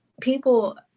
people